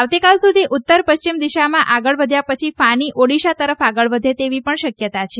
આવતીકાલ સુધી ઉત્તર પશ્ચિમ દિશામાં આગળ વધ્યા પછી ફાની ઓડીશા તરફ આગળ વધે તેવી પણ શક્યતા છે